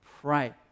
pray